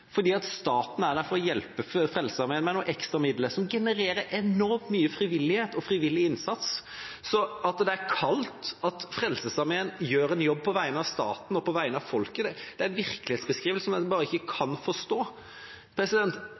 staten er der for å hjelpe Frelsesarmeen med noen ekstra midler som genererer enormt mye frivillighet og frivillig innsats. At det er kaldt at Frelsesarmeen gjør en jobb på vegne av staten og folket, er en virkelighetsbeskrivelse som jeg bare ikke kan forstå.